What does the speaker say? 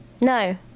No